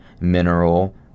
Mineral